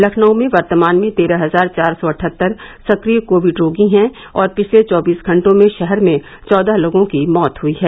लखनऊ में वर्तमान में तेरह हजार चार सौ अठहत्तर सक्रिय कोविड रोगी हैं और पिछले चौबीस घंटों में शहर में चौदह लोगों की मौत हुई है